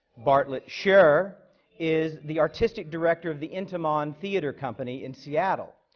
bartlett sher is the artistic director of the intiman theater company in seattle.